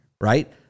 right